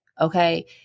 okay